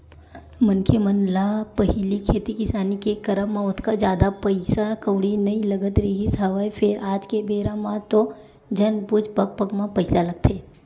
मनखे मन ल पहिली खेती किसानी के करब म ओतका जादा पइसा कउड़ी नइ लगत रिहिस हवय फेर आज के बेरा म तो झन पुछ पग पग म पइसा लगथे